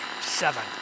Seven